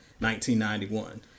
1991